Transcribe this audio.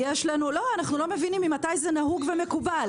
אנחנו לא מבינים ממתי זה נהוג ומקובל.